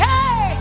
Hey